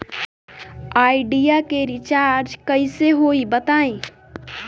Idea के recharge कइसे होई बताईं?